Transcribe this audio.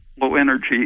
low-energy